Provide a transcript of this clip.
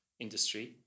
industry